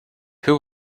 who